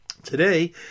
Today